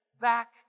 back